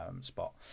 spot